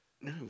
No